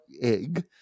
egg